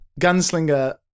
gunslinger